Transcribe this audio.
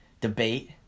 debate